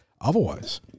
otherwise